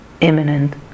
imminent